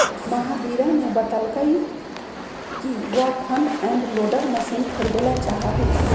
महावीरा ने बतल कई कि वह फ्रंट एंड लोडर मशीन खरीदेला चाहा हई